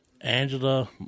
Angela